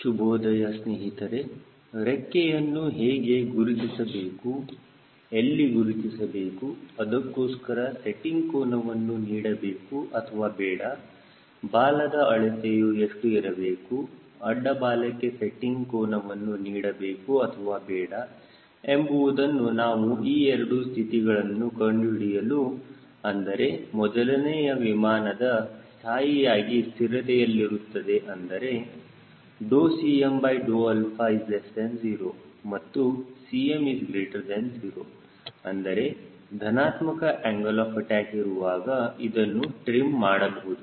ಶುಭೋದಯ ಸ್ನೇಹಿತರೆ ರೆಕ್ಕೆಯನ್ನು ಹೇಗೆ ಗುರುತಿಸಬೇಕು ಎಲ್ಲಿ ಗುರುತಿಸಬೇಕು ಅದಕ್ಕೋಸ್ಕರ ಸೆಟ್ಟಿಂಗ್ ಕೋನವನ್ನು ನೀಡಬೇಕು ಅಥವಾ ಬೇಡ ಬಾಲದ ಅಳತೆಯು ಎಷ್ಟು ಇರಬೇಕು ಅಡ್ಡ ಬಾಲಕ್ಕೆ ಸೆಟ್ಟಿಂಗ್ ಕೋನವನ್ನು ನೀಡಬೇಕು ಅಥವಾ ಬೇಡ ಎಂಬುವುದನ್ನು ನಾವು ಈ ಎರಡು ಸ್ಥಿತಿಗಳನ್ನು ಕಂಡುಹಿಡಿಯಲು ಅಂದರೆ ಮೊದಲನೆಯದು ವಿಮಾನದ ಸ್ಥಾಯಿಯಾಗಿ ಸ್ಥಿರತೆಯಲ್ಲಿರುತ್ತದೆ ಅಂದರೆ Cm0 ಮತ್ತು 𝐶m 0 ಅಂದರೆ ಧನಾತ್ಮಕ ಆಂಗಲ್ ಆಫ್ ಅಟ್ಯಾಕ್ ಇರುವಾಗ ಇದನ್ನು ಟ್ರಿಮ್ ಮಾಡಬಹುದು